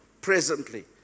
presently